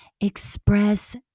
Express